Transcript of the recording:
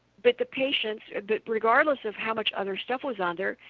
but the patients regardless of how much other stuff was on there,